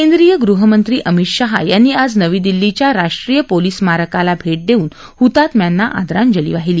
केंद्रीय गृहमंत्री अमित शहा यांनी आज नवी दिल्लीच्या राष्ट्रीय पोलीस स्मारकाला भेट देऊन ह्तात्म्यांना आदरांजली वाहिली